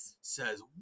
says